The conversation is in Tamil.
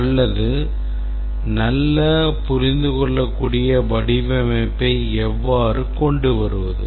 அல்லது நல்ல புரிந்துகொள்ளக்கூடிய வடிவமைப்பை எவ்வாறு கொண்டு வருவது